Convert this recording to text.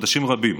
חודשים רבים.